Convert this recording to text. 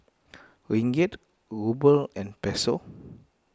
Ringgit Ruble and Peso